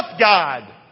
God